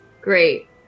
Great